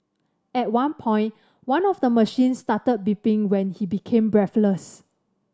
at one point one of the machines started beeping when he became breathless